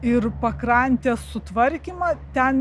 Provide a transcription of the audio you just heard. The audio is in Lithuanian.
ir pakrantės sutvarkymą ten